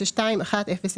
ו-24.03.992100,